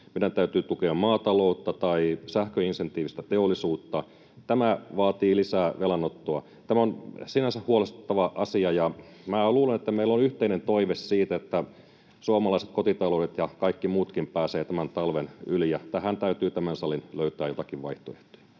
meidän täytyy tukea maataloutta tai sähköintensiivistä teollisuutta, ja tämä vaatii lisää velanottoa. Tämä on sinänsä huolestuttava asia, ja minä luulen, että meillä on yhteinen toive siitä, että suomalaiset kotitaloudet ja kaikki muutkin pääsevät tämän talven yli ja tähän täytyy tämän salin löytää jotakin vaihtoehtoja.